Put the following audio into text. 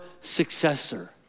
successor